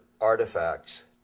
artifacts